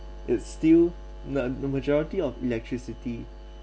it's still not the majority of electricity